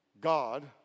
God